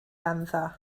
ganddo